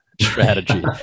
strategy